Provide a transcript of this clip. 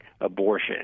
abortion